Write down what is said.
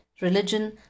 religion